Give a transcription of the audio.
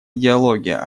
идеология